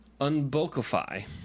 unbulkify